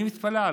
אני מתפלא עליך.